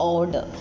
Order